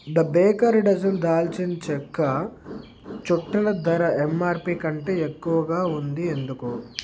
the baker dozen దాల్చిన చెక్క చుట్టల ధర ఎంఆర్పి కంటే ఎక్కువగా ఉంది ఎందుకు